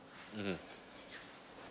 mmhmm